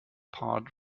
part